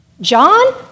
John